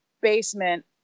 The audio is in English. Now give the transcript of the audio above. basement